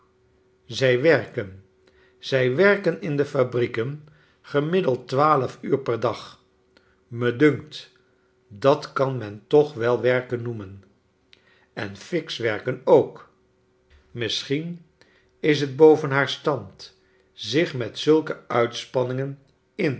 zij werken zi werken in deze fabrieken gemiddeld twaalf uur per dag me dunkt dat kan men toch wel werken noemen en fiks werken ook misschien is j t boven haar stand zich met zulke uitspanningen in